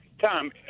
Tom